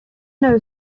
know